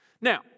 Now